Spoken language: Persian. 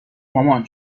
مامان